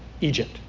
Egypt